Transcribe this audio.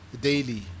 daily